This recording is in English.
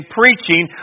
preaching